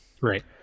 right